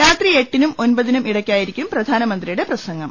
രാത്രി ഏഎട്ടിനും ഒൻപതിനും ഇടയ്ക്കായിരിക്കും പ്രധാനമന്ത്രിയുടെ പ്രസംഗം